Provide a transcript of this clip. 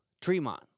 Tremont